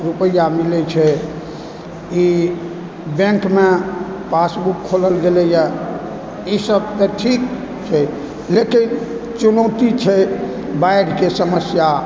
रुपैआ मिलै छै ई बैङ्कमे पासबुक खोलल गेलैए ई सब तऽ ठीक छै लेकिन चुनौती छै बाढ़िके समस्या